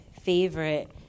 favorite